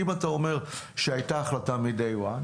אם אתה אומר שהייתה החלטה מ-day 1,